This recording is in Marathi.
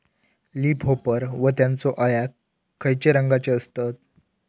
लीप होपर व त्यानचो अळ्या खैचे रंगाचे असतत?